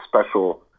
special